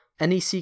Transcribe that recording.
NEC